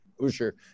Usher